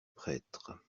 prêtre